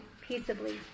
peaceably